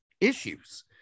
issues